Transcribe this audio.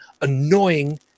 annoying